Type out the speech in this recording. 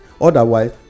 otherwise